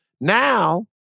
Now